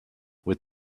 with